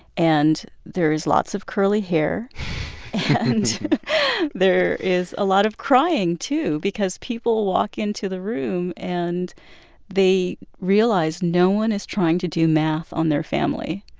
and there is lots of curly hair and there is a lot of crying, too, because people walk into the room and they realize no one is trying to do math on their family.